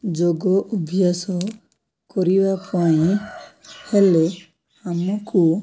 ଯୋଗ ଅଭ୍ୟାସ କରିବା ପାଇଁ ହେଲେ ଆମକୁ